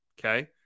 okay